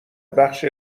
بخش